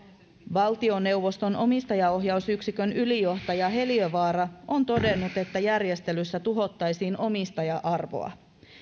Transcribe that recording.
valtioneuvoston omistajaohjausyksikön ylijohtaja heliövaara on todennut että järjestelyssä tuhottaisiin omistaja arvoa